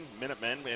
Minutemen